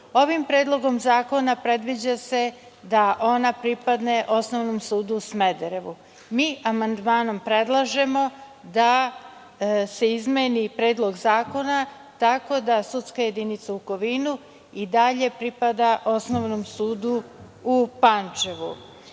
Ovim predlogom zakona predviđa se da ona pripadne Osnovnom sudu u Smederevu. Mi amandmanom predlažemo da se izmeni Predlog zakona tako da sudska jedinica u Kovinu i dalje pripada Osnovnom sudu u Pančevu. Pored